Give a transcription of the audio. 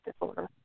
disorder